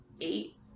Eight